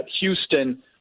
Houston